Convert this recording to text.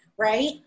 right